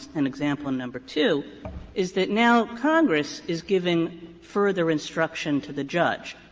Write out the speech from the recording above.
and example and number two is that now congress is giving further instruction to the judge,